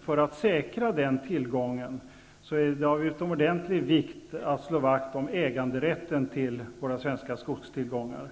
För att säkra den tillgången menar jag att det är av utomordentlig vikt att vi slår vakt om äganderätten i fråga om våra svenska skogstillgångar.